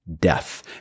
death